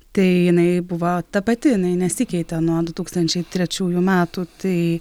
tai jinai buvo ta pati jinai nesikeitė nuo du tūkstančiai trečiųjų metų tai